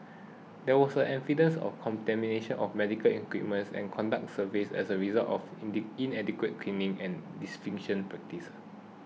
there was evidence of contamination of medical equipment and contact surfaces as a result of inadequate cleaning and disinfection practice